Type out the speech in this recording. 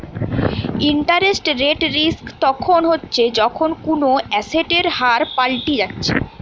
interest rate risk তখন হচ্ছে যখন কুনো এসেটের হার পাল্টি যাচ্ছে